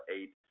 eight